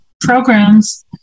programs